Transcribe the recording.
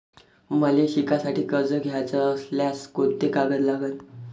मले शिकासाठी कर्ज घ्याचं असल्यास कोंते कागद लागन?